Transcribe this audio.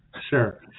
Sure